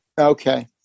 okay